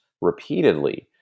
repeatedly